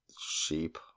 sheep